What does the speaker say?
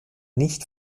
nicht